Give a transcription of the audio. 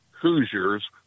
Hoosiers